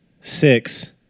six